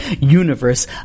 universe